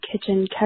Kitchen